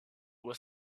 was